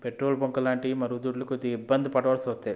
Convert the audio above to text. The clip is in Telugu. పెట్రోల్ బంకు లాంటివి మరుగుదొడ్లు కొద్దిగా ఇబ్బంది పడాల్సి వస్తాయి